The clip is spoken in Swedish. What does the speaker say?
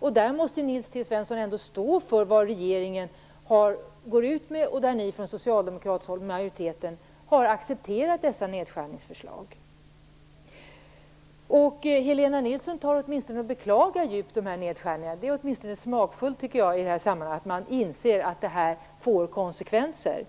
Nils T Svensson måste ändå stå för det som regeringen går ut med, efter ni i den socialdemokratiska majoriteten har accepterat dessa nedskärningsförslag. Helena Nilsson beklagar åtminstone djupt dessa nedskärningar. Det är i alla fall smakfullt, tycker jag, att man inser att det här får konsekvenser.